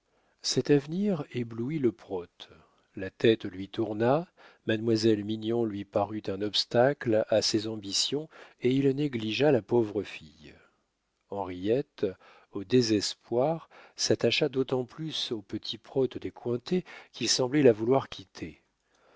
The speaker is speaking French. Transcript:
cet avenir éblouit le prote la tête lui tourna mademoiselle mignon lui parut un obstacle à ses ambitions et il négligea la pauvre fille henriette au désespoir s'attacha d'autant plus au petit prote des cointet qu'il semblait la vouloir quitter